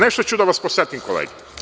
Nešto ću da vas podsetim, kolege.